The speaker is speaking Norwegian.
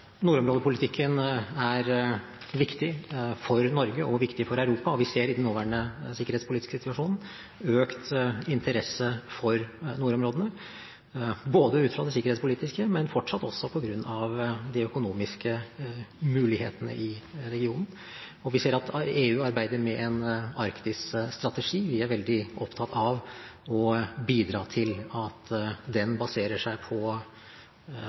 Nordområdepolitikken er viktig for Norge og viktig for Europa, og vi ser i den nåværende sikkerhetspolitiske situasjonen økt interesse for nordområdene, både ut fra det sikkerhetspolitiske og fortsatt også på grunn av de økonomiske mulighetene i regionen. Vi ser at EU arbeider med en arktisk strategi. Vi er veldig opptatt av å bidra til at den baserer seg på